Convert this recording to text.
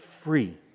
free